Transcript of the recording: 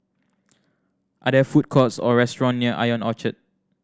are there food courts or restaurant near Ion Orchard